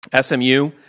SMU